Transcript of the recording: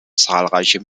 zahlreiche